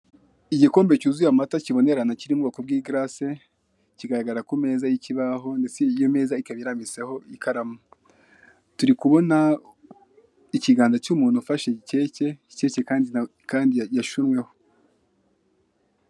Igikombe cyuzuye amata kibonerana kiri mu bwoko bw'igarase, kigaragara ku meza y'ikibaho ndetse iyo meza ikaba irambitseho ikaramu. Turi kubona ikiganza cy'umuntu ufashe keke, keke kandi yashunweho.